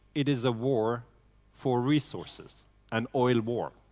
it is a war for resources an oil war.